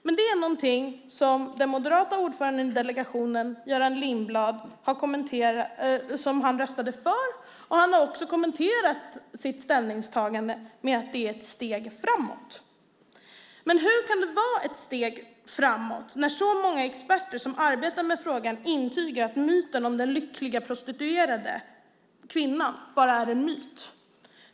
Men den moderata ordföranden i delegationen Göran Lindblad röstade för, och han har också kommenterat sitt ställningstagande med att det är ett steg framåt. Hur kan det vara ett steg framåt när så många experter som arbetar med frågan intygar att myten om den lyckliga prostituerade kvinnan bara är en myt?